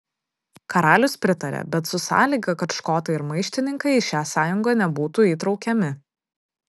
karalius pritaria bet su sąlyga kad škotai ir maištininkai į šią sąjungą nebūtų įtraukiami